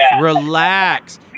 Relax